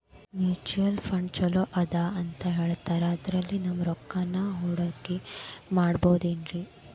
Mutual fund ಛಲೋ ಅದಾ ಅಂತಾ ಹೇಳ್ತಾರ ಅದ್ರಲ್ಲಿ ನಮ್ ರೊಕ್ಕನಾ ಹೂಡಕಿ ಮಾಡಬೋದೇನ್ರಿ?